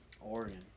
Oregon